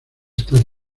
estar